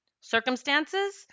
circumstances